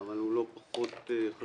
אבל הוא לא פחות חשוב.